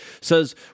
says